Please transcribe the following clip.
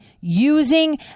using